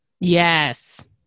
Yes